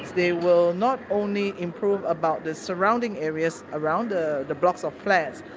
they will not only improve about the surrounding areas around the the blocks of flats,